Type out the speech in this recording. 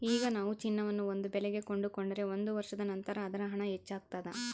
ಈಗ ನಾವು ಚಿನ್ನವನ್ನು ಒಂದು ಬೆಲೆಗೆ ಕೊಂಡುಕೊಂಡರೆ ಒಂದು ವರ್ಷದ ನಂತರ ಅದರ ಹಣ ಹೆಚ್ಚಾಗ್ತಾದ